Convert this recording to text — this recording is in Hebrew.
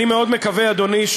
אני מקווה מאוד, אדוני,